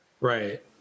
Right